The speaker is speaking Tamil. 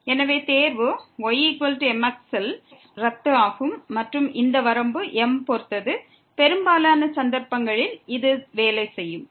எனவே தேர்வு ymx ல் x ரத்து ஆகும் மற்றும் இந்த வரம்பு m பொறுத்தது பெரும்பாலான சந்தர்ப்பங்களில் இது வேலை செய்யும்